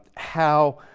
how